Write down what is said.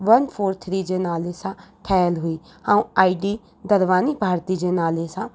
one four three जे नाले सां ठहियलु हुई ऐं आईडी धरवानी भारती जे नाले सां